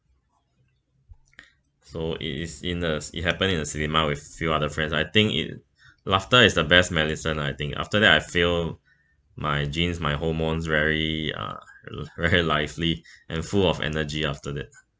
so it is in a it happened in a cinema with few other friends I think it laughter is the best medicine I think after that I feel my genes my hormones very uh well very lively and full of energy after that